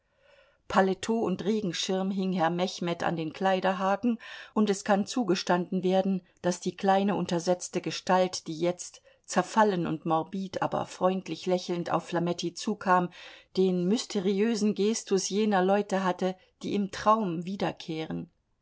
paletot und regenschirm hing herr mechmed an den kleiderhaken und es kann zugestanden werden daß die kleine untersetzte gestalt die jetzt zerfallen und morbid aber freundlich lächelnd auf flametti zukam den mysteriösen gestus jener leute hatte die im traum wiederkehren